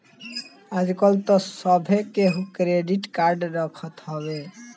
आजकल तअ सभे केहू क्रेडिट कार्ड रखत हवे